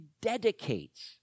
dedicates